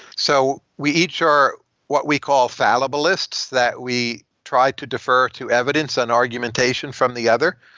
so we each are what we call fallibalists, that we try to defer to evidence and argumentation from the other.